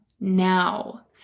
now